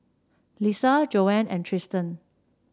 Lissa Joanne and Tristin